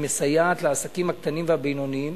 היא מסייעת לעסקים הקטנים והבינוניים.